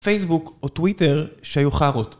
פייסבוק או טוויטר שהיו חארות